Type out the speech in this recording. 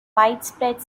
widespread